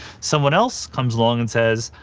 someone else comes along and says,